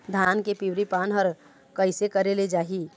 धान के पिवरी पान हर कइसे करेले जाही?